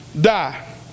die